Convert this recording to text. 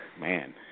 man